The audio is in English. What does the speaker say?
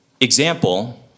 example